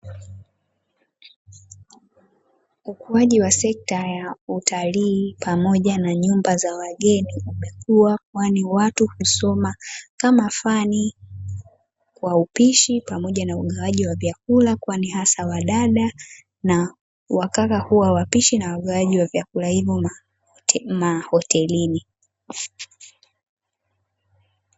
Ukuaji wa sekta ya utalii pamoja na nyumba za wageni umekua kwani, watu husoma kama fani kwa upishi pamoja na ugawaji wa vyakula kwani hasa wadada na wakaka huwa wapishi na wagawaji wa vyakula hivyo mahotelini.